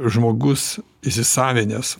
žmogus įsisavinęs